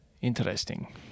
Interesting